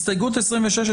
הסתייגות 26,